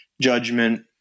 judgment